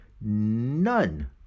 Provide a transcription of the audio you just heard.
none